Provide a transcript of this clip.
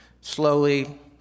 slowly